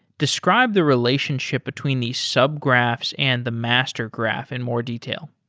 describe the relationship between these sub graphs and the master graph in more detail.